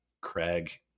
Craig